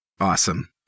awesome